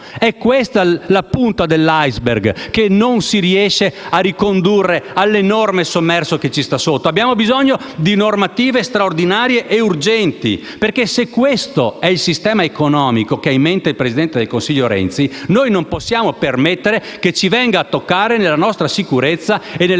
È questa la punta dell'*iceberg* che non si riesce a ricondurre all'enorme sommerso che sta sotto. Abbiamo bisogno di normative straordinarie e urgenti. Se questo è il sistema economico che ha in mente il presidente del Consiglio Renzi, noi non possiamo permettere che ci venga a toccare nella nostra sicurezza e